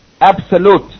absolute